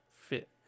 fit